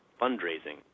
fundraising